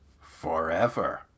forever